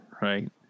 Right